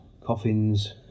coffins